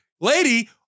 Lady